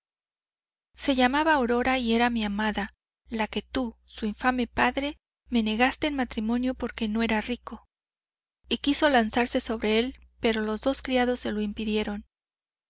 se llamaba aurora y era mi amada la que tú su infame padre me negaste en matrimonio porque no era rico y quiso lanzarse sobre él pero los dos criados se lo impidieron